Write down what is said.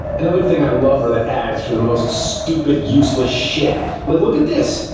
another thing i love are the ads for the most stupid, useless shit! like, look at this!